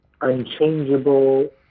unchangeable